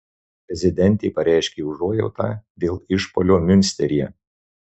prezidentė pareiškė užuojautą dėl išpuolio miunsteryje